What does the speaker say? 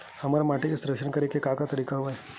हमर माटी के संरक्षण करेके का का तरीका हवय?